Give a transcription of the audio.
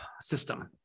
system